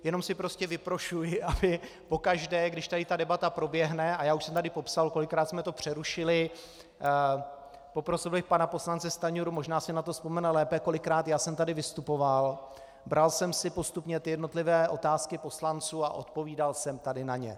Jenom si prostě vyprošuji, aby pokaždé, když tady ta debata proběhne, a já už jsem tady popsal, kolikrát jsme to přerušili, poprosil bych pana poslance Stanjuru, možná si na to vzpomene lépe, kolikrát já jsem tady vystupoval, bral jsem si postupně ty jednotlivé otázky poslanců a odpovídal jsem tady na ně.